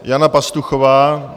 Jana Pastuchová.